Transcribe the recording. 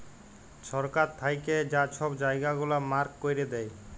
সরকার থ্যাইকে যা ছব জায়গা গুলা মার্ক ক্যইরে দেয়